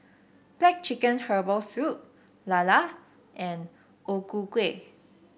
black chicken Herbal Soup lala and O Ku Kueh